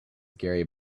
gary